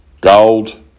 gold